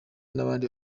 n’abandi